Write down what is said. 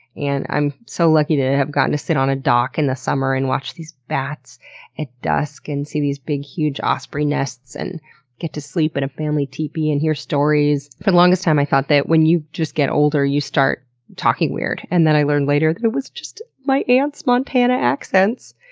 and i'm so lucky to have gotten to sit on a dock in the summer and watch these bats at dusk, and see these big, huge osprey nests, and get to sleep in a family teepee, and hear stories. for the longest time i thought that when you just get older you start talking weird, and then i learned later that it was just my aunts' montana accents.